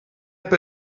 app